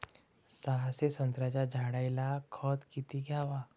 सहाशे संत्र्याच्या झाडायले खत किती घ्याव?